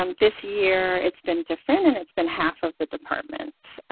um this year, it's been different and it's been half of the department.